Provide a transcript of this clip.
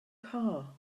car